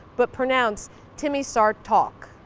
but pronounced tim-mi-sar-torck.